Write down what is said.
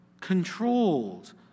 controlled